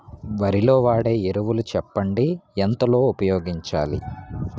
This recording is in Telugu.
వరిలో వాడే ఎరువులు చెప్పండి? ఎంత లో ఉపయోగించాలీ?